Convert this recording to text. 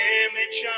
image